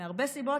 מהרבה סיבות,